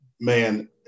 man